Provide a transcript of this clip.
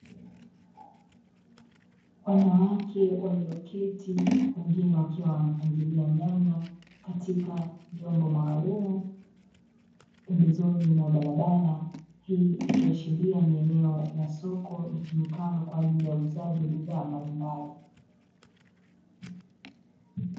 Wanawake walioketi wengine wakiwa wanapangilia nyanya katika vyombo maalumu pembezoni mwa barabara, hii ikiashiria ni eneo la soko litumikalo kwa ajili ya uuzaji wa bidhaa mbalimbali.